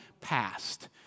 past